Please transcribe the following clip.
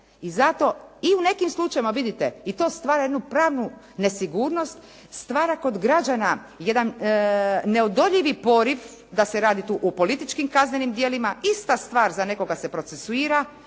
I zato, i u nekim slučajevima vidite i to stvara jednu pravnu nesigurnost, stvara kod građana jedan neodoljivi poriv da se radi tu o političkim kaznenim djelima. Ista stvar za nekoga se procesuira,